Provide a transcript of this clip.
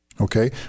Okay